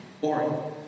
boring